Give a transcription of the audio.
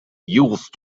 used